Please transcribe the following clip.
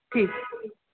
ठीकु